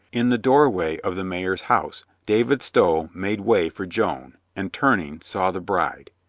in the doorway of the mayor's house, david stow made way for joan, and, turning, saw the bride.